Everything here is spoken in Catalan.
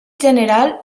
general